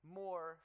more